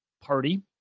party